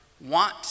want